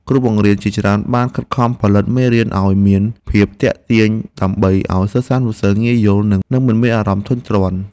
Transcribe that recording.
គ្រូបង្រៀនជាច្រើនបានខិតខំផលិតមេរៀនឱ្យមានភាពទាក់ទាញដើម្បីឱ្យសិស្សានុសិស្សងាយយល់ និងមិនមានអារម្មណ៍ធុញទ្រាន់។